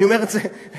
אני אומר את זה לך,